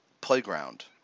playground